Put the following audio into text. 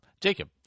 Jacob